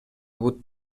бут